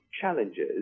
challenges